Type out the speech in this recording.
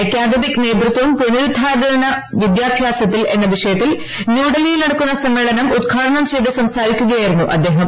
അക്കാദമിക നേതൃത്വം പുനരുത്ഥാന വിദ്യാഭ്യാസത്തിൽ എന്ന വിഷയത്തിൽ ന്യൂഡൽഹിയിൽ നടക്കുന്ന സമ്മേളനം ഉദ്ഘാടനം ചെയ്ത് സംസാരിക്കുകയായിരുന്നു അദ്ദേഹം